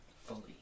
fully